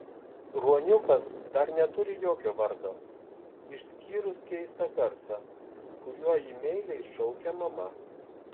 ruoniukas dar neturi jokio vardo išskyrus keistą garsą kuriuo jį meiliai šaukia mama